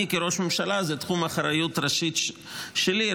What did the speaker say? אני כראש ממשלה, זה תחום האחריות הראשי שלי.